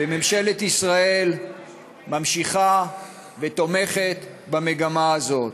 וממשלת ישראל ממשיכה ותומכת במגמה הזאת,